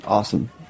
awesome